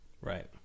Right